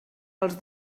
els